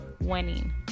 winning